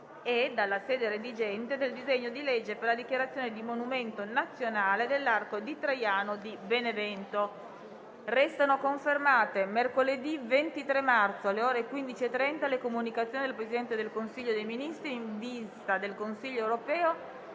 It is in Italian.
e, dalla sede redigente, del disegno di legge per la dichiarazione di monumento nazionale dell'Arco di Traiano di Benevento. Restano confermate, mercoledì 23 marzo, alle ore 15,30, le comunicazioni del Presidente del Consiglio dei ministri in vista del Consiglio europeo